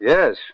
Yes